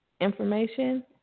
information